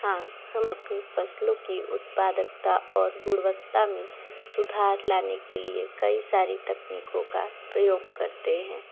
हाँ हम अपनी फ़सलों की उत्पादकता और गुणवत्ता में सुधार लाने के लिए कई सारी तकनीकों का प्रयोग करते हैं